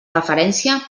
referència